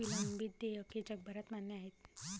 विलंबित देयके जगभरात मान्य आहेत